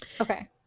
okay